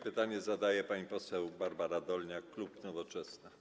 Pytanie zadaje pani poseł Barbara Dolniak, klub Nowoczesna.